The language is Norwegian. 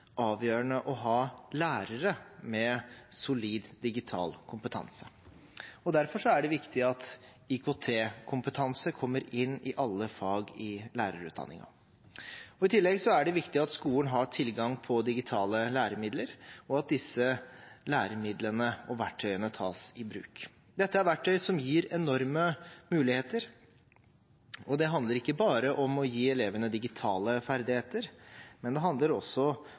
avgjørende å ha lærere med solid digital kompetanse. Derfor er det viktig at IKT-kompetanse kommer inn i alle fag i lærerutdanningen. I tillegg er det viktig at skolen har tilgang på digitale læremidler, og at disse læremidlene og verktøyene tas i bruk. Dette er verktøy som gir enorme muligheter, og det handler ikke bare om å gi elevene digitale ferdigheter. Det handler også